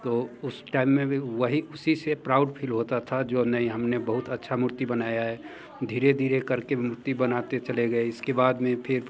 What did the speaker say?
तो उस टाइम में भी वही उसी से प्राउड फील होता था जो नहीं हम ने बहुत अच्छा मूर्ति बनाई है धीरे धीरे कर के मूर्ति बनाते चले गए इसके बाद में फिर